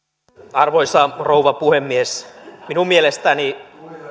arvoisa rouva puhemies minun mielestäni